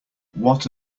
what